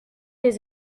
les